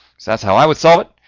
so that's how i would solve it,